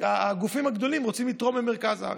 הגופים הגדולים רוצים לתרום למרכז הארץ.